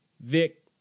Vic